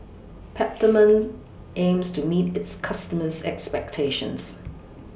Peptamen aims to meet its customers' expectations